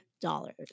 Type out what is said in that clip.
dollars